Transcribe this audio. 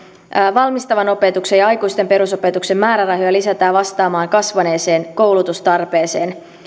valmistavan opetuksen ja aikuisten perusopetuksen määrärahoja lisätään vastaamaan kasvaneeseen koulutustarpeeseen